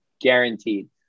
guaranteed